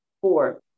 four